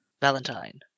Valentine